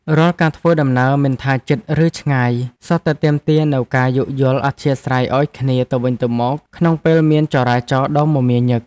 រាល់ការធ្វើដំណើរមិនថាជិត ឬឆ្ងាយសុទ្ធតែទាមទារនូវការយោគយល់អធ្យាស្រ័យឱ្យគ្នាទៅវិញទៅមកក្នុងពេលមានចរាចរណ៍ដ៏មមាញឹក។